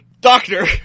doctor